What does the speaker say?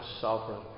sovereign